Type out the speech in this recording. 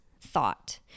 thought